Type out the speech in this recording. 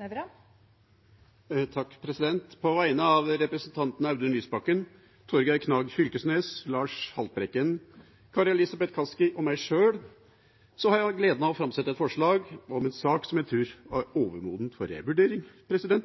Nævra vil fremsette et representantforslag. På vegne av stortingsrepresentantene Audun Lysbakken, Lars Haltbrekken, Kari Elisabeth Kaski, Torgeir Knag Fylkesnes og meg sjøl har jeg gleden av å framsette et forslag om en sak som jeg tror er overmoden for revurdering,